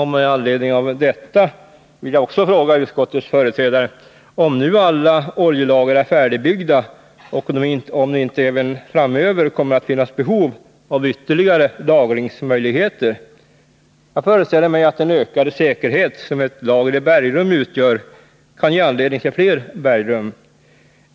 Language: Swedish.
Med anledning därav vill jag fråga utskottets företrädare om nu alla oljelager är färdigbyggda och om det inte även framöver kommer att finnas behov av ytterligare lagringsmöjligheter. Jag föreställer mig att den ökade säkerhet som ett lager i bergrum utgör kan ge anledning till fler bergrum.